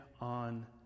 on